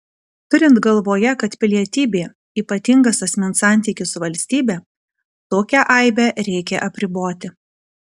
turint galvoje kad pilietybė ypatingas asmens santykis su valstybe tokią aibę reikia apriboti